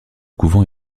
couvent